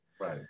right